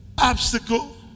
obstacle